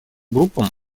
группам